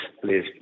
please